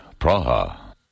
Praha